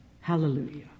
Hallelujah